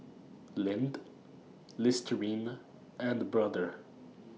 Lindt Listerine and Brother